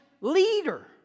leader